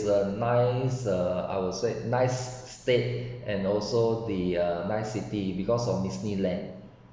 the nice ah I would say nice state and also the uh nice city because of disneyland